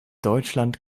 deutschland